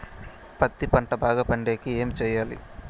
పత్తి పంట బాగా పండే కి ఏమి చెయ్యాలి?